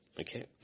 Okay